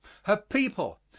her people,